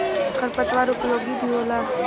खर पतवार उपयोगी भी होला